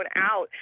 out